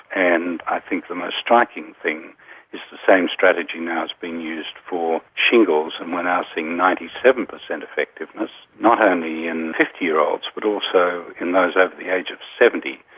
and i think the most striking thing is the same strategy now has been used for shingles, and we are now seeing ninety seven percent effectiveness, not only in fifty year olds but also in those over the age of seventy.